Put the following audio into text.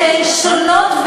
שהן שונות,